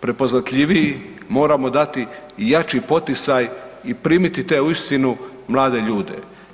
prepoznatljiviji, moramo dati jači poticaj i primiti te uistinu mlade ljude.